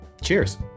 Cheers